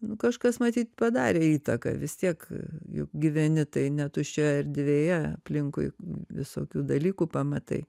nu kažkas matyt padarė įtaką vis tiek juk gyveni tai ne tuščioj erdvėje aplinkui visokių dalykų pamatai